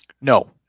No